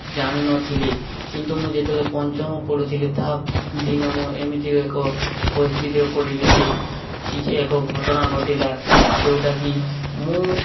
ଜାଣିନଥିଲି କିନ୍ତୁ ମୁଁ ଯେତେବେଳେ ପଞ୍ଚମ ପଢ଼ୁଥିଲି ତା' ଦିନେ ମୁଁ ଏମିତି ଏକ ପରିସ୍ଥିତିରେ ପଡ଼ିଲି ଯେ କିଛି ଏକ ଘଟଣା ଘଟିଲା ଯେଉଁଟାକି ମୁଁ